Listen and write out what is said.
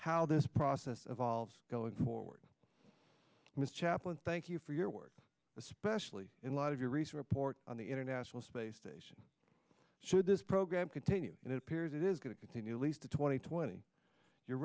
how this process of volves going forward was chaplain thank you for your work especially in light of your recent report on the international space station should this program continue and it appears it is going to continue least the twenty twenty you